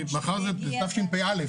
מאחר וזה תשפ"א,